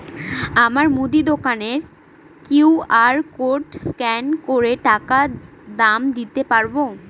আমার মুদি দোকানের কিউ.আর কোড স্ক্যান করে টাকা দাম দিতে পারব?